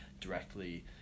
directly